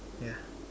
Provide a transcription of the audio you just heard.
yeah